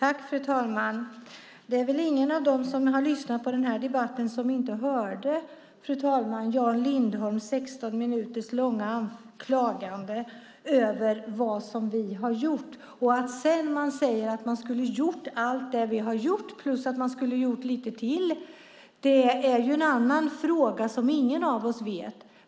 Fru talman! Det är väl ingen av dem som har lyssnat på debatten som inte hörde Jan Lindholms 16 minuter långa klagande över det vi har gjort. Att sedan säga att man skulle ha gjort allt det vi har gjort plus lite till är en annan fråga. Ingen av oss vet.